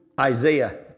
Isaiah